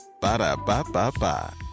Ba-da-ba-ba-ba